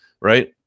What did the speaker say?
right